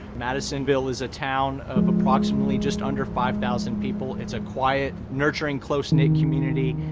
madisonville is a town of approximately just under five thousand people. it's a quiet, nurturing, close-knit community.